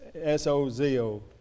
S-O-Z-O